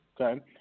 okay